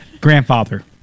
Grandfather